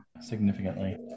significantly